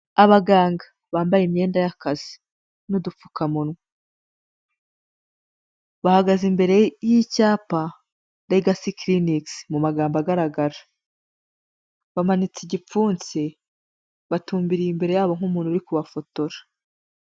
Abaganga bambaye imyenda y'akazi y'icyapa legacy clinics bamanitse igipfunsi batumbiriye imbere yabo nk'umuntu uri kubafotora.